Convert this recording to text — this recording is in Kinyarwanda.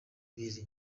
ibiri